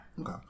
Okay